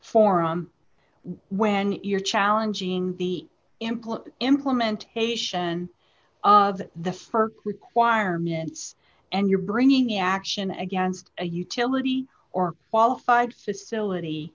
forum when you're challenging the employer implementation of the requirements and you're bringing the action against a utility or qualified facility